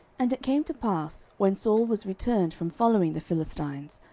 and it came to pass, when saul was returned from following the philistines,